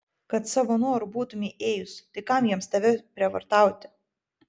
kad savo noru būtumei ėjus tai kam jiems tave prievartauti